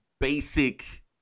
basic